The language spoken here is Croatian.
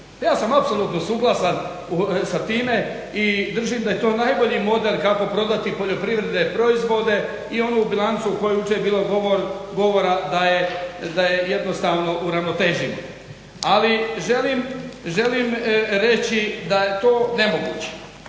Ja sam apsolutno suglasan sa time i držim da je to najbolji model kako prodati poljoprivredne proizvode i onu bilancu o kojoj je jučer bilo govora da je jednostavno uravnotežimo. Ali želim reći da je to nemoguće